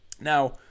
Now